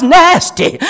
nasty